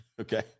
Okay